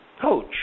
coach